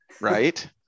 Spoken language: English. right